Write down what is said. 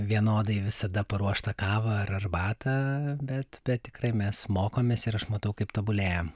vienodai visada paruoštą kavą ar arbatą bet bet tikrai mes mokomės ir aš matau kaip tobulėjam